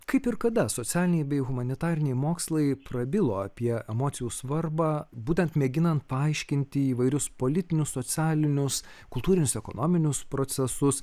kaip ir kada socialiniai bei humanitariniai mokslai prabilo apie emocijų svarbą būtent mėginant paaiškinti įvairius politinius socialinius kultūrinius ekonominius procesus